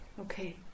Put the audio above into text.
Okay